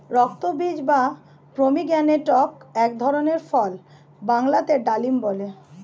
রক্তবীজ বা পমিগ্রেনেটক এক ধরনের ফল বাংলাতে ডালিম বলে